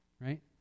right